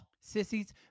Sissies